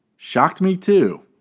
shocked me too.